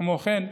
כמו כן,